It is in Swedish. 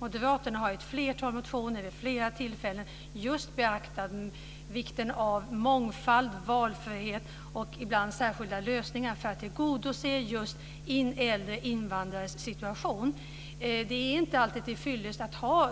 Moderaterna har i ett flertal motioner vid flera tillfällen just beaktat vikten av mångfald, valfrihet och ibland särskilda lösningar för att tillgodose just äldre invandrares situation. Det är inte alltid tillfyllest att ha